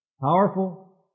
powerful